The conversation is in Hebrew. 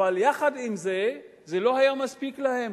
זה לא היה מספיק להם.